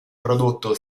prodotto